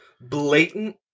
blatant